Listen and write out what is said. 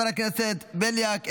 חבר הכנסת בליאק,